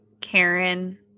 Karen